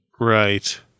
Right